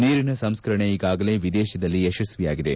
ನೀರಿನ ಸಂಸ್ಕರಣೆ ಈಗಾಗಲೇ ವಿದೇಶದಲ್ಲಿ ಯಶ್ವಿಯಾಗಿದೆ